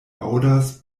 aŭdas